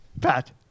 Pat